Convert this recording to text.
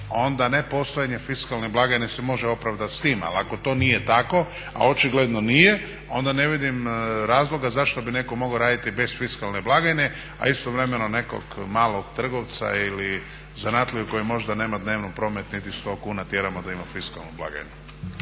onda nepostojanje fiskalne blagajne se može opravdati s time. Ali ako to nije tako, a očigledno nije, onda ne vidim razloga zašto bi netko mogao raditi bez fiskalne blagajne, a istovremeno nekog malog trgovca ili zanatliju koji možda nema dnevnog prometa niti sto kuna tjeramo da ima fiskalnu blagajnu.